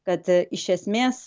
kad iš esmės